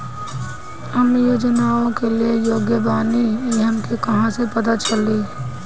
हम योजनाओ के लिए योग्य बानी ई हमके कहाँसे पता चली?